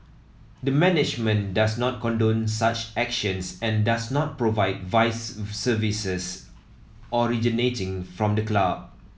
the management does not condone such actions and does not provide vice services originating from the club